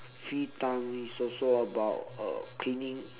free time it's also about uh cleaning